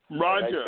Roger